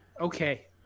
Okay